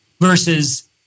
versus